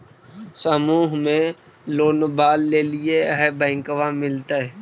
समुह मे लोनवा लेलिऐ है बैंकवा मिलतै?